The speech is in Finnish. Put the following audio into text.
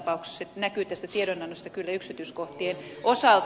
se näkyy tästä tiedonannosta kyllä yksityiskohtien osalta